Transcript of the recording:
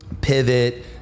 pivot